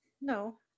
No